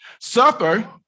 Suffer